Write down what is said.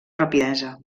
rapidesa